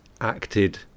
acted